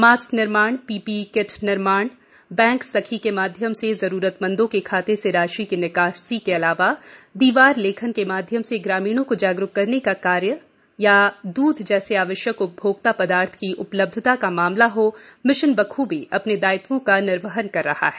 mask निर्माण PPE kit निर्माण bank सखी के माध्यम से जरूरतमंदों के खातों से राशि की निकासी के अलावा दीवार लेखन के माध्यम से ग्रामीणों को जागरूक करने का कार्य हो अथवा द्ध जैसे आवश्यक उपभोक्ता पदार्थ की उपलब्धता का मामला हो मिशन बखूबी अपने दायित्वों का निर्वहन कर रहा है